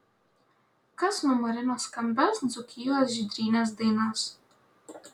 kas numarino skambias dzūkijos žydrynės dainas